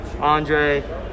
Andre